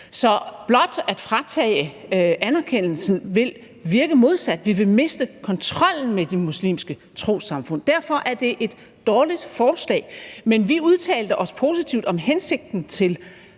Så blot at fratage anerkendelsen vil virke modsat. Vi vil miste kontrollen med de muslimske trossamfund. Derfor er det et dårligt forslag, men vi udtalte os positivt om hensigten ved